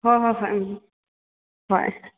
ꯍꯣ ꯍꯣ ꯍꯣꯏ ꯎꯝ ꯍꯣꯏ